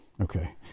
okay